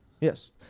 Yes